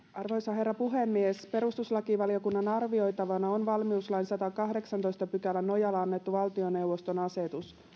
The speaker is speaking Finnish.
arvoisa herra puhemies perustuslakivaliokunnan arvioitavana on valmiuslain sadannenkahdeksannentoista pykälän nojalla annettu valtioneuvoston asetus